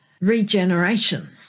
Regeneration